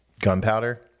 gunpowder